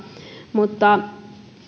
mutta